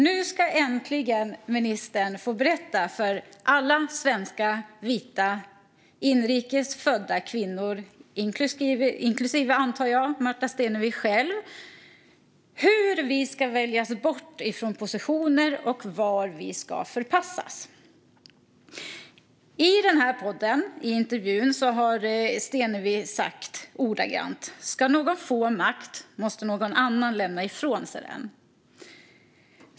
Nu ska ministern äntligen få berätta för alla svenska vita inrikes födda kvinnor, inklusive, antar jag, Märta Stenevi själv, hur vi ska väljas bort från positioner och vart vi ska förpassas. I intervjun i podden har Stenevi sagt att om någon ska få makt måste någon annan lämna ifrån sig den.